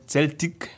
Celtic